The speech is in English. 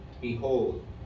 Behold